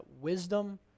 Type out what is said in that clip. Wisdom